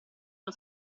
uno